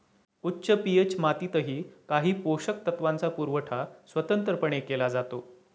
उच्च पी.एच मातीतही काही पोषक तत्वांचा पुरवठा स्वतंत्रपणे केला जातो